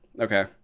okay